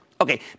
Okay